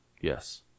Yes